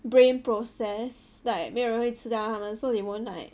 brain process like 没有人会吃掉他们 so they won't like